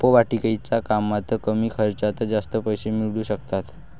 रोपवाटिकेच्या कामात कमी खर्चात जास्त पैसे मिळू शकतात